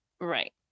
right